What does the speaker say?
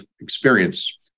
experience